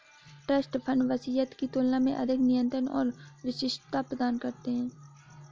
trust fund वसीयत की तुलना में अधिक नियंत्रण और विशिष्टता प्रदान करते हैं